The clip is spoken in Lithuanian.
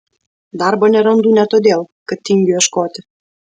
darbo nerandu ne todėl kad tingiu ieškoti